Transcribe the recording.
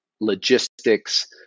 logistics